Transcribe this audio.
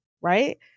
right